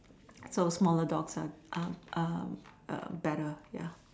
so smaller dogs are are are better ya